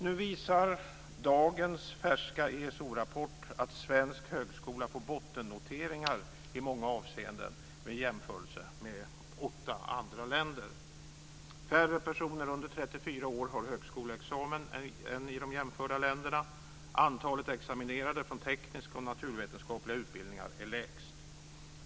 Nu visar dagens färska ESO-rapport att svensk högskola i många avseenden får bottennoteringar vid en jämförelse med åtta andra länder. Färre personer under 34 år har högskoleexamen än i de jämförda länderna. Antalet examinerade från tekniska och naturvetenskapliga utbildningar är lägst.